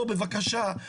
בבקשה,